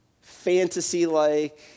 fantasy-like